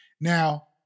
Now